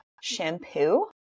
shampoo